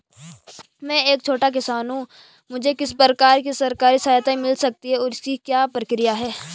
मैं एक छोटा किसान हूँ मुझे किस प्रकार की सरकारी सहायता मिल सकती है और इसकी क्या प्रक्रिया है?